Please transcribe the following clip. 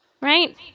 Right